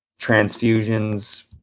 transfusions